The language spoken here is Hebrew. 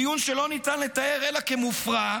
בדיון שלא ניתן לתאר אלא כמופרע,